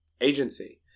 agency